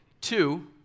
Two